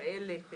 שעלת,